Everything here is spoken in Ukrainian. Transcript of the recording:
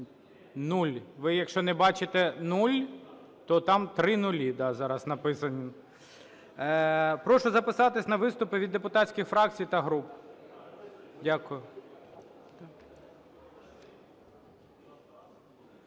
нуль. Ви, якщо не бачите нуль, то там три нулі зараз написані. Прошу записатись на виступи від депутатських фракцій та груп. Дякую.